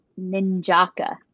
Ninjaka